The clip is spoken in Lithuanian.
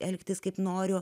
elgtis kaip noriu